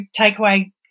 takeaway